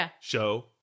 show